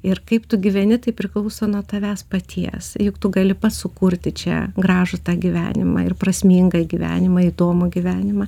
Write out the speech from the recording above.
ir kaip tu gyveni tai priklauso nuo tavęs paties juk tu gali sukurti čia gražų tą gyvenimą ir prasmingą gyvenimą įdomų gyvenimą